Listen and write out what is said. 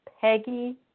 Peggy